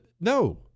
No